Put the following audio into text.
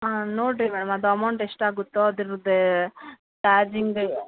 ಹಾಂ ನೋಡಿರಿ ಮ್ಯಾಮ್ ಅದು ಅಮೌಂಟ್ ಎಷ್ಟು ಆಗುತ್ತೋ ಅದ್ರದ್ದೆ ಚಾರ್ಜಿಂಗ್